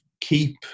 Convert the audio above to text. keep